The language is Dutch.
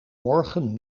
morgen